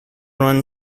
run